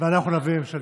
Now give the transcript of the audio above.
ואז אנחנו נביא ממשלתית.